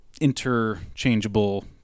interchangeable